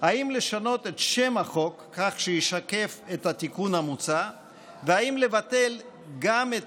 אם לשנות את שם החוק כך שישקף את התיקון המוצע ואם לבטל גם את